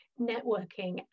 networking